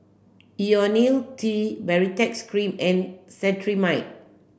Ionil T Baritex cream and Cetrimide